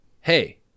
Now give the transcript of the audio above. hey